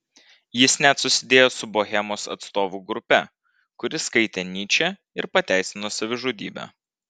jis net susidėjo su bohemos atstovų grupe kuri skaitė nyčę ir pateisino savižudybę